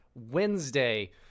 Wednesday